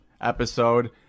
episode